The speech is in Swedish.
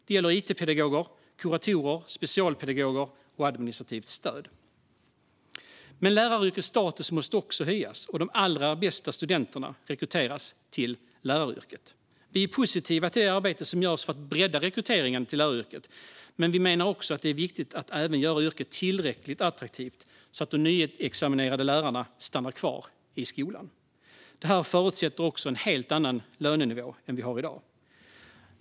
Det gäller it-pedagoger, kuratorer, specialpedagoger och administrativt stöd. Läraryrkets status måste också höjas och de allra bästa studenterna rekryteras till läraryrket. Vi är positiva till det arbete som görs för att bredda rekryteringen till läraryrket, men vi menar att det är viktigt att även göra yrket tillräckligt attraktivt så att de nyexaminerade lärarna stannar kvar i skolan. Detta förutsätter en helt annan lönenivå än i dag.